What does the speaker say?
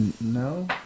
No